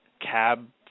cab